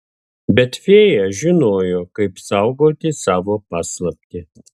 bet fėja žinojo kaip saugoti savo paslaptį